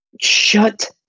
Shut